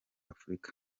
africa